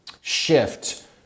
shift